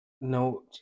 No